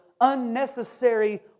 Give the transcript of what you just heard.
unnecessary